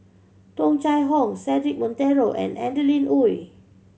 Tung Chye Hong Cedric Monteiro and Adeline Ooi